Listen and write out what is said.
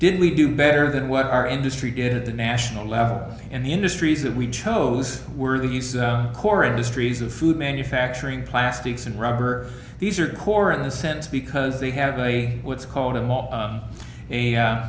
did we do better than what our industry did the national level and the industries that we chose were these corporate histories of food manufacturing plastics and rubber these are core in a sense because they have a what's called a